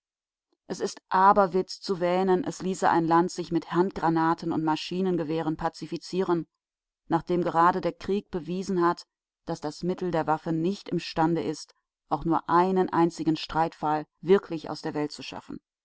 es ist aberwitz zu wähnen es ließe ein land sich mit handgranaten und maschinengewehren pazifizieren nachdem gerade der krieg bewiesen hat daß das mittel der waffe nicht imstande ist auch nur einen einzigen streitfall wirklich aus der welt zu schaffen